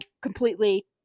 completely